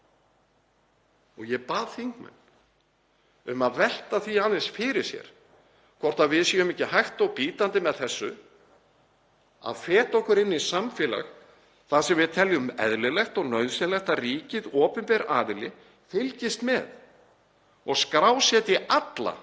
Ég bað þingmenn um að velta því aðeins fyrir sér hvort við séum ekki hægt og bítandi með þessu að feta okkur inn í samfélag þar sem við teljum eðlilegt og nauðsynlegt að ríkið, opinber aðili, fylgist með og skrásetji alla